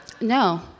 no